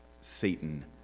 Satan